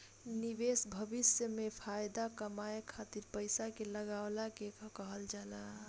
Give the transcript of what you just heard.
निवेश भविष्य में फाएदा कमाए खातिर पईसा के लगवला के कहल जाला